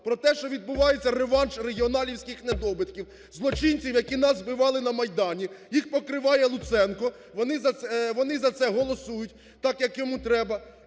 про те, що відбувається реванш регіоналівських недобитків, злочинців, які нас вбивали на Майдані, їх покриває Луценко, вони за це голосують так, як йому треба,